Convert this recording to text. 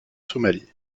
somalie